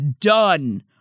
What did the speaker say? done